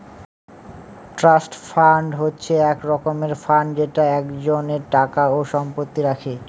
trust fund হচ্ছে এক রকমের ফান্ড যেটা একজনের টাকা ও সম্পত্তি রাখে